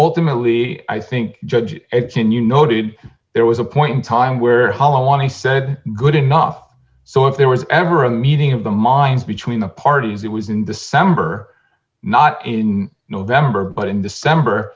ultimately i think judge can you noted there was a point in time where hala wanted said good enough so if there was ever a meeting of the minds between the parties it was in december not in november but in december